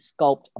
Sculpt